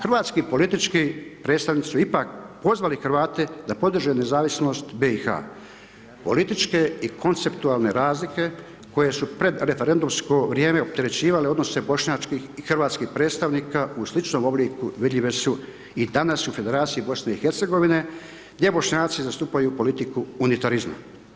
Hrvatski politički predstavnici su ipak pozvali Hrvate da podrže nezavisnost BiH-a, političke i konceptualne razlike koje su pred referendumsko vrijeme opterećivale odnose bošnjačkih i hrvatskih predstavnika u sličnom obliku vidljive su i danas u federaciji BiH-a gdje Bošnjaci zastupaju politiku unitarizma.